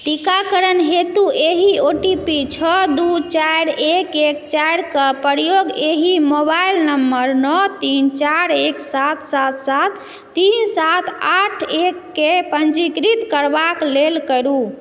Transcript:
टीकाकरण हेतु एहि ओटीपी छओ दू चारि एक एक चारि के प्रयोग एहि मोबाइल नंबर नओ तीन चारि एक सात सात सात तीन सात आठ एक केँ पंजीकृत करबाक लेल करू